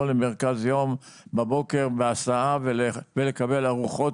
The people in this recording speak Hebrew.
בהסעה מידי בוקר למרכז יום ולקבל שם ארוחות,